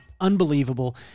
Unbelievable